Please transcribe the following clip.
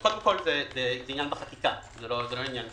קודם כל, זה עניין בחקיקה לא של